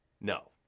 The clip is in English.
no